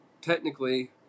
technically